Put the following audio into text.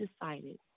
decided